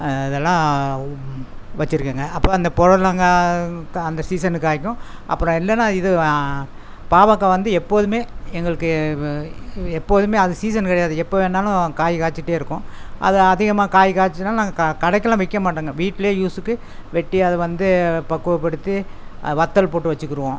இதெல்லாம் வச்சுருக்கேங்க அப்போ அந்த புடலங்கா க அந்த சீசனு காய்க்கும் அப்புறம் இல்லைனா இது பாவக்காய் வந்து எப்போதும் எங்களுக்கு எப்போதும் அது சீசன் கிடையாது எப்போ வேணாலும் காய் காய்ச்சுட்டே இருக்கும் அது அதிகமாக காய் காய்ச்சதுனால் நாங்கள் க கடைக்கெல்லாம் விற்க மட்டோங்க வீட்டில் யூஸ்ஸுக்கு வெட்டி அதை வந்து பக்குவப்படுத்தி வத்தல் போட்டு வச்சுக்கிருவோம்